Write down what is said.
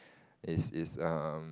is is um